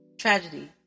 tragedy